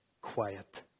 quiet